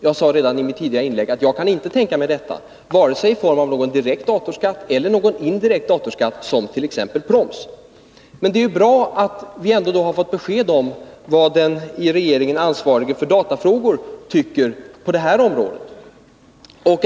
Jag sade redan i mitt tidigare inlägg att jag inte kan tänka mig detta, vare sig det sker i form av någon direkt datorskatt eller i form av någon indirekt datorskatt som t.ex. proms. Men det är bra att vi nu ändå har fått besked om vad den i regeringen ansvarige för datafrågor tycker på det här området.